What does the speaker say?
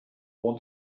want